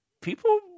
people